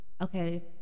okay